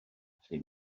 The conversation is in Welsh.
gallu